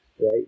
right